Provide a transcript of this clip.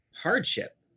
hardship